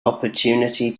opportunity